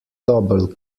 double